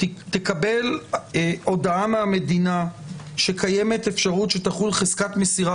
תקבל הודעה מהמדינה שקיימת אפשרות שתחול חזקת מסירה